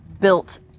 built